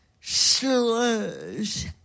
slurs